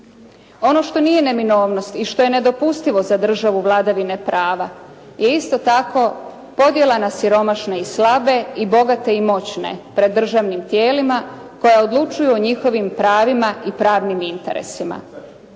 Ono što nije neminovnost i što je nedopustivo za državu vladavine prava je isto tako podjela na siromašne i slabe i bogate i moćne pred državnim tijelima koja odlučuju o njihovim pravima i pravnim interesima.